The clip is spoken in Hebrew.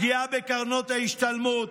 פגיעה בקרנות ההשתלמות.